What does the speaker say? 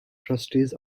trustees